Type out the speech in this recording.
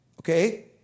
Okay